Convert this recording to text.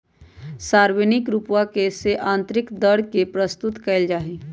सार्वजनिक रूपवा से आन्तरिक दर के प्रस्तुत कइल जाहई